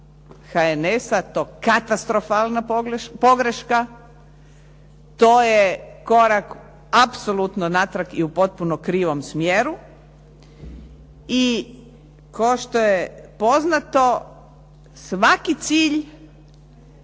HNS-a to katastrofalna pogreška, to je korak apsolutno natrag i u potpuno krivom smjeru i kao što je poznato, svaki cilj